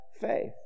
faith